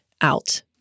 out